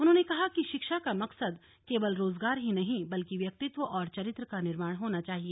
उन्होंने कहा कि शिक्षा का मकसद केवल रोजगार ही नहीं बल्कि व्यक्तित्व और चरित्र का निर्माण होना चाहिए